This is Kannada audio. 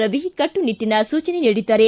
ರವಿ ಕಟ್ಟನಿಟ್ಟಿನ ಸೂಚನೆ ನೀಡಿದ್ದಾರೆ